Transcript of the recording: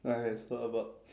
okay let's talk about